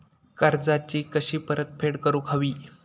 कर्जाची कशी परतफेड करूक हवी?